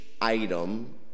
item